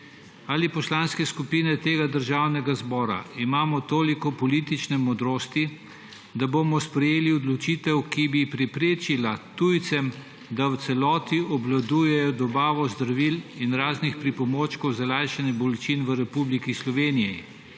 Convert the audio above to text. poslanske skupine tega državnega zbora toliko politične modrosti, da bomo sprejeli odločitev, ki bi preprečila tujcem, da v celoti obvladujejo dobavo zdravil in raznih pripomočkov za lajšanje bolečin v Republiki Sloveniji,